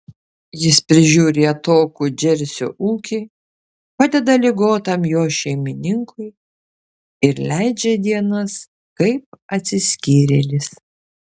jis prižiūri atokų džersio ūkį padeda ligotam jo šeimininkui ir leidžia dienas kaip atsiskyrėlis